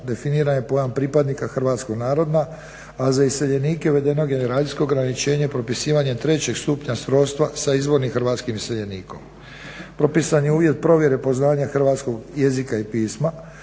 definiran je pojam pripadnika hrvatskog naroda, a za iseljenike uvedeno generacijsko ograničenje propisivanja 3.stupnja srodstva sa izvornim hrvatskim iseljenikom. Propisan je uvjet provjere poznavanja hrvatskog jezika i pisma,